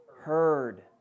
heard